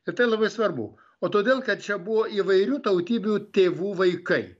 ir tai labai svarbu o todėl kad čia buvo įvairių tautybių tėvų vaikai